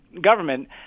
government